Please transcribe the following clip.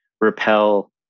repel